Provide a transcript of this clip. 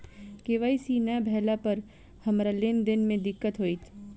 KYC नै भेला पर हमरा लेन देन मे दिक्कत होइत?